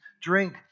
drink